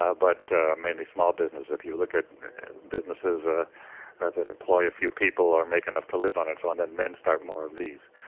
ah but many small business if you look at businesses ah that employ a few people or make enough to live on it, so and then men start more of these.